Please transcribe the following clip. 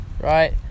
right